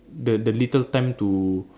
the the little time to